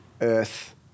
Earth